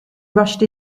rushed